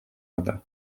other